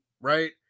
right